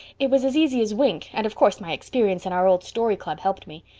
it was as easy as wink and of course my experience in our old story club helped me.